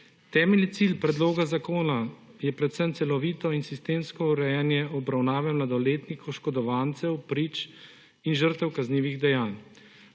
Temeljni cilj predloga zakona je predvsem celovito in sistemsko urejanje obravnave mladoletnih oškodovancev, prič in žrtev kaznivih dejanj.